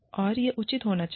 और यह उचित होना चाहिए